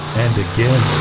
and again